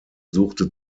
suchte